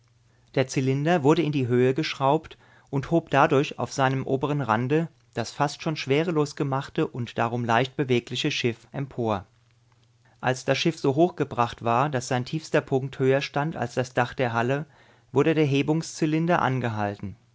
der zylinder wurde in die höhe geschraubt und hob dadurch auf seinem oberen rande das fast schon schwerelos gemachte und darum leicht bewegliche schiff empor als das schiff so hoch gebracht war daß sein tiefster punkt höher stand als das dach der halle wurde der hebungszylinder angehalten